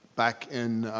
back in,